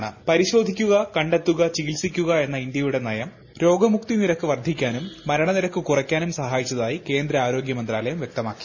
പരിശോധിക്കുക കണ്ടെത്തുക ചികിത്സിക്കുക എന്ന ഇന്ത്യയുളടി ്ന്ന്യം രോഗമുക്തി നിരക്ക് വർധിക്കാനും മരണനിരക്ക് കുറിക്കാനും സഹായിച്ചതായി കേന്ദ്ര ആരോഗ്യ മന്ത്രാലയം വ്യക്തമാക്കി